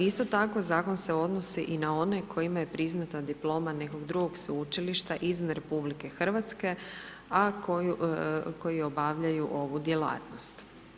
Isto tako zakon se odnosi i na one kojima je priznata diploma nekog drugog sveučilišta izvan RH, a koju, koji obavljaju ovu djelatnost.